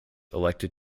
elected